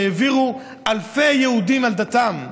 שהעבירו אלפי יהודים על דתם,